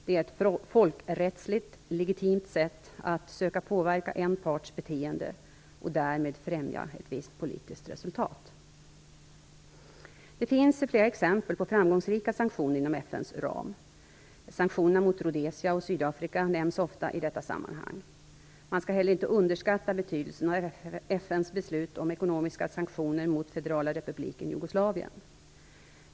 Det är ett folkrättsligt legitimt sätt att söka påverka en parts beteende och därmed främja ett visst politiskt resultat. Det finns flera exempel på framgångsrika sanktioner inom FN:s ram. Sanktionerna mot Rhodesia och Sydafrika nämns ofta i detta sammanhang. Man skall heller inte underskatta betydelsen av FN:s beslut om sanktioner mot Federala Republiken Jugoslavien.